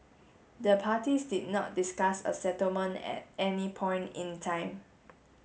the parties did not discuss a settlement at any point in time